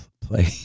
play